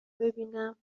ببینم